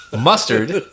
Mustard